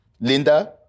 Linda